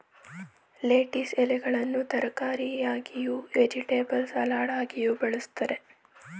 lettuce ಎಲೆಗಳನ್ನು ತರಕಾರಿಯಾಗಿಯೂ, vegetable ಸಲಡಾಗಿಯೂ ಬಳ್ಸತ್ತರೆ